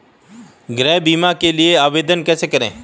गृह बीमा के लिए आवेदन कैसे करें?